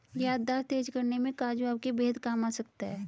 याददाश्त तेज करने में काजू आपके बेहद काम आ सकता है